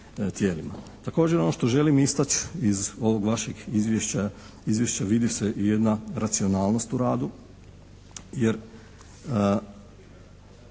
Također ono što želim istaći iz ovog vašeg izvješća vidi se jedna racionalnost u radu